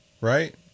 right